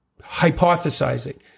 hypothesizing